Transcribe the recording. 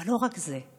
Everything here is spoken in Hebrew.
אבל לא רק זה,